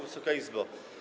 Wysoka Izbo!